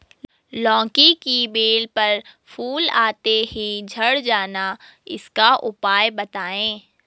लौकी की बेल पर फूल आते ही झड़ जाना इसका उपाय बताएं?